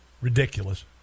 Ridiculous